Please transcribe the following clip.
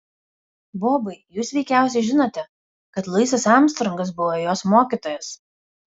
bobai jūs veikiausiai žinote kad luisas armstrongas buvo jos mokytojas